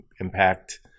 impact